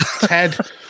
Ted